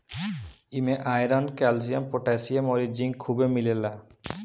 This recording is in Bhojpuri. इमे आयरन, कैल्शियम, पोटैशियम अउरी जिंक खुबे मिलेला